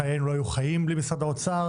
חיינו לא היו חיים בלי משרד האוצר.